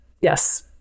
Yes